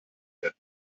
hier